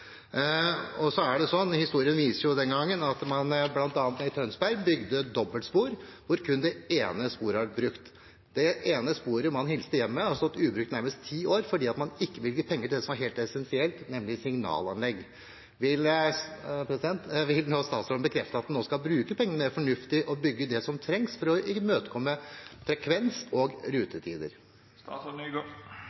Historien viste den gang at man bl.a. i Tønsberg bygde dobbeltspor, hvor kun det ene sporet er blitt brukt. Det ene sporet man hilste hjem med, har stått ubrukt i nesten ti år fordi man ikke bevilget penger til det som var helt essensielt, nemlig signalanlegg. Vil statsråden bekrefte at han nå skal bruke pengene fornuftig og bygge det som trengs for å imøtekomme frekvens og